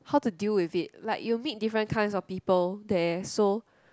how to deal with it like you meet different kinds people there so